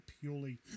purely